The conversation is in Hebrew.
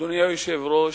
אדוני היושב-ראש,